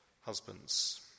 husbands